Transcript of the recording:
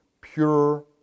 pure